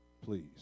Please